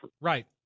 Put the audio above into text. Right